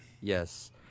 Yes